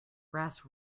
brass